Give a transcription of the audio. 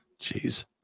Jeez